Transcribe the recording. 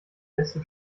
desto